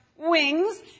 wings